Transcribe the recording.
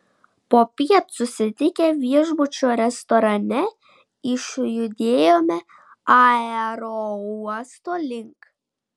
popiet susitikę viešbučio restorane išjudėjome aerouosto link